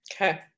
Okay